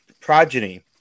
progeny